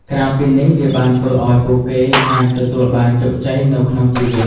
ក្រៅពីនេះ វាបានធ្វើឲ្យពួកគេអាចទទួលបានជោគជ័យនៅក្នុងជីវិត។